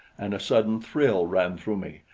and a sudden thrill ran through me,